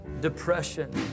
depression